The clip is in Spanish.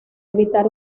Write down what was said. evitar